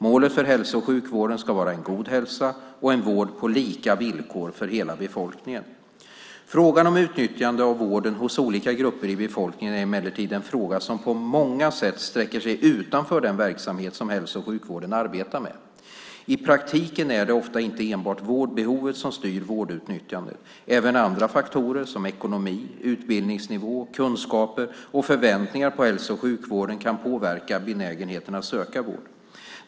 Målet för hälso och sjukvården ska vara en god hälsa och en vård på lika villkor för hela befolkningen. Frågan om utnyttjande av vården hos olika grupper i befolkningen är emellertid en fråga som på många sätt sträcker sig utanför den verksamhet som hälso och sjukvården arbetar med. I praktiken är det ofta inte enbart vårdbehovet som styr vårdutnyttjandet. Även andra faktorer såsom ekonomi, utbildningsnivå, kunskaper och förväntningar på hälso och sjukvården kan påverka benägenheten att söka vård.